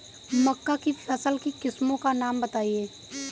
मक्का की फसल की किस्मों का नाम बताइये